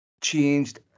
changed